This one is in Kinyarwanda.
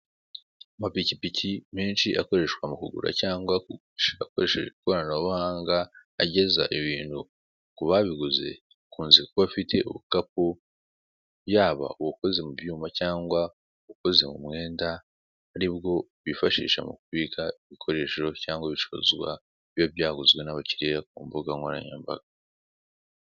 Amapikipiki menshi akoreshwa mu kugura cyangwa mu kugurisha ukoresheje ikoranabuhanga ageza ibintu kubabiguze, akunze kuba afite ubukapu, yaba ubukoze mu byuma cyangwa ubukoze mu mwenda, aribwo bifashisha mu kubika ibikoresho cyangwa ibicuruzwa biba byaguzwe n'abakiliya ku mbuga nkoranyambaga.